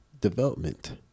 development